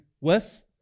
Wes